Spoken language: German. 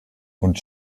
und